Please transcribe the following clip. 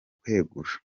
kwegura